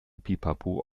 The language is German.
pipapo